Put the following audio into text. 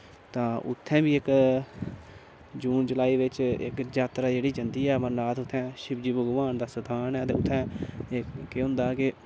तां उत्थै बी इक जून जुलाई बिच्च इक जातरा जेह्ड़ी जंदी ऐ अमरनाथ उत्थैं शिवजी भगवान दा स्थान ऐ ते उत्थैं केह् होंदा के